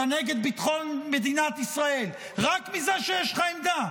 אתה נגד ביטחון מדינת ישראל, רק מזה שיש לך עמדה.